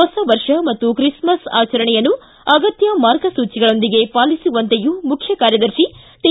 ಹೊಸ ವರ್ಷ ಮತ್ತು ಕ್ರಿಸ್ಮಸ್ ಆಚರಣೆಯನ್ನು ಅಗತ್ಯ ಮಾರ್ಗಸೂಚಿಗಳೊಂದಿಗೆ ಪಾಲಿಸುವಂತೆಯೂ ಮುಖ್ಯ ಕಾರ್ಯದರ್ಶಿ ಟಿ